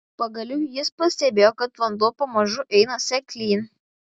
pagaliau jis pastebėjo kad vanduo pamažu eina seklyn